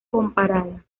comparada